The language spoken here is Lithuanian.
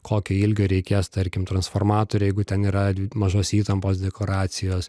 kokio ilgio reikės tarkim transformatoriai jeigu ten yra dvi mažos įtampos dekoracijos